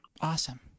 Awesome